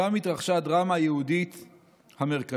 שם התרחשה הדרמה היהודית המרכזית.